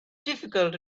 difficult